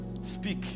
speak